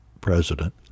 president